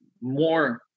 more